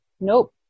Nope